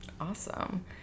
Awesome